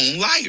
liar